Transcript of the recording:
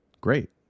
great